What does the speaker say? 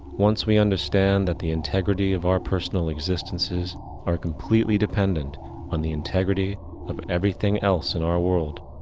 once we understand that the integrity of our personal existences are completely dependent on the integrity of everything else in our world,